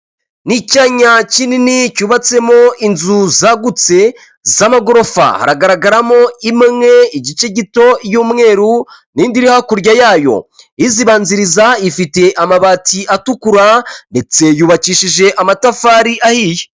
Ni icyanya kinini, cyubatsemo inzu zagutse, z'amagorofa. Haragaragaramo imwe igice gito y'umweru, n'indi iri hakurya yayo. Izibanziriza ifite amabati atukura, ndetse yubakishije amatafari ahiye.